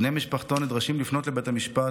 בני משפחתו נדרשים לפנות לבית המשפט